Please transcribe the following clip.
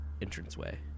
entranceway